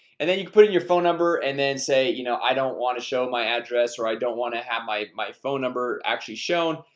and then you can put in your phone number and then say, you know i don't want to show my address or i don't want to have my my phone number actually shown,